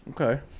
Okay